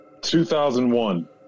2001